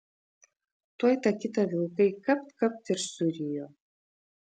tuoj tą kitą vilkai kapt kapt ir surijo